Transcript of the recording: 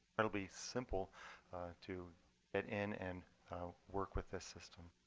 it'll be simple to get in and work with this system